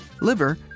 liver